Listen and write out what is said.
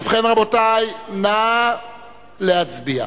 ובכן, רבותי, נא להצביע.